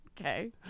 Okay